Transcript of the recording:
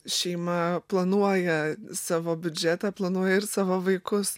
šeima planuoja savo biudžetą planuoja ir savo vaikus